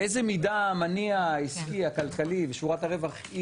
באיזה מידה המניע העסקי הכלכלי ושורת הרווח,